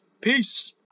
Peace